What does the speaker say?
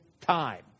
time